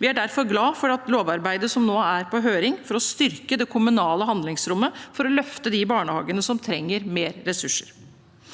Vi er derfor glade for lovarbeidet, som nå er på høring, for å styrke det kommunale handlingsrommet og for å løfte de barnehagene som trenger mer ressurser.